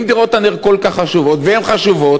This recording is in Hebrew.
אם דירות נ"ר כל כך חשובות, והן חשובות,